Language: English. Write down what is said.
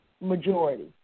majority